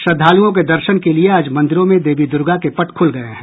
श्रद्धालुओं के दर्शन के लिए आज मंदिरों में देवी दुर्गा के पट खुल गये हैं